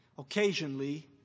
Occasionally